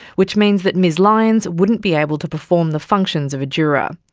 which means that ms lyons wouldn't be able to perform the functions of a juror.